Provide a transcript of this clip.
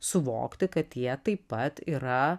suvokti kad jie taip pat yra